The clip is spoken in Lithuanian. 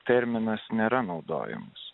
terminas nėra naudojamas